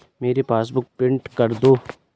मेरी passbook print कर दो